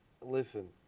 listen